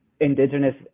Indigenous